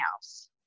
house